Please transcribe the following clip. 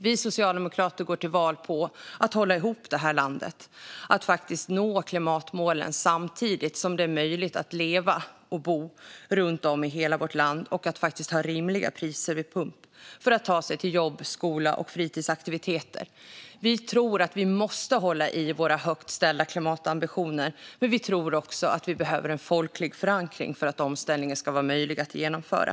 Vi socialdemokrater går till val på att hålla ihop landet, att faktiskt nå klimatmålen samtidigt som det är möjligt att leva och bo runt om i hela vårt land och faktiskt ha rimliga priser vid pump för att ta sig till jobb, skola och fritidsaktiviteter. Vi tror att vi måste hålla i våra högt ställda klimatambitioner, men vi tror också att vi behöver en folklig förankring för att omställningen ska vara möjlig att genomföra.